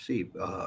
See